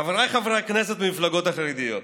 חבריי חברי הכנסת במפלגות החרדיות,